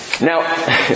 Now